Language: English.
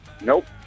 Nope